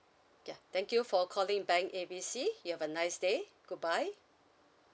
ya thank you for calling bank A B C you have a nice day good bye